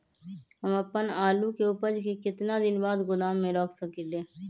हम अपन आलू के ऊपज के केतना दिन बाद गोदाम में रख सकींले?